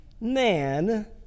man